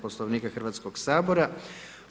Poslovnika HS-a.